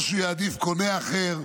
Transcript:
או שהוא יעדיף קונה אחר,